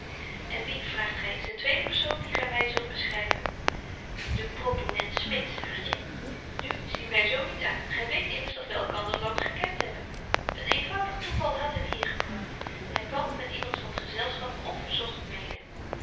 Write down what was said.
en wie vraagt gy is de tweede persoon dien gy my zult beschryven de proponent smit saartje nu zie my zo niet aan gy weet immers dat wy elkander lang gekent hebben een eenvoudig toeval hadt hem hier gebragt hy kwam met iemand van t gezelschap onverzogt mede